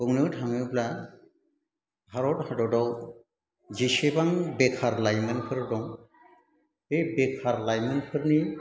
बुंनो थाङोब्ला भारत हादराव जेसेबां बेखार लाइमोनफोर दं बे बेखार लाइमोनफोरनि